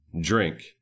drink